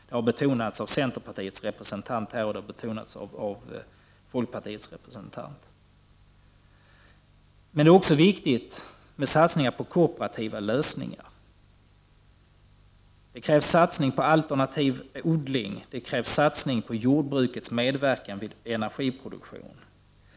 Det har betonats av centerpartiets och folkpartiets representanter i debatten. Det är också viktigt med satsningar på kooperativa lösningar. Det krävs satsningar på alternativ odling och på jordbrukets medverkan i energipro 43 duktion.